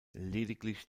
lediglich